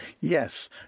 Yes